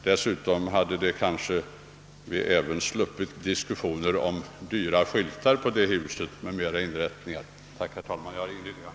Dessutom hade vi sluppit diskussionen om de dyra skyltarna och andra inrättningar i huset vid Gustav Adolfs torg. Herr talman! Jag har inget yrkande.